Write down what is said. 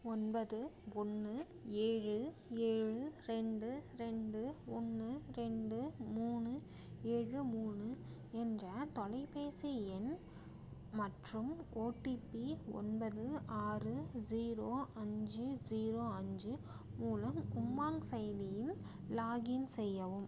ஒன்பது ஒன்று ஏழு ஏழு ரெண்டு ரெண்டு ஒன்று ரெண்டு மூணு ஏழு மூணு என்ற தொலைப்பேசி எண் மற்றும் ஓடிபி ஒன்பது ஆறு ஜீரோ அஞ்சு ஜீரோ அஞ்சு மூலம் உமாங் செயலியில் லாக்இன் செய்யவும்